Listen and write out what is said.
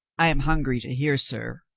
i am hungry to hear, sir,